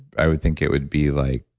i would think it would be like,